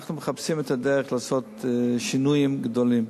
אנחנו מחפשים את הדרך לעשות שינויים גדולים.